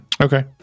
Okay